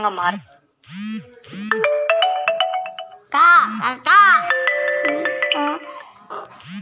cauliflower brassicaceae కుటుంబానికి చెందినబ్రాసికా జాతికి చెందినబ్రాసికా